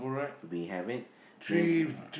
do we have it then